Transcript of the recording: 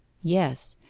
yes,